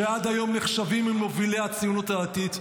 שעד היום נחשבים למובילי הציונות הדתית,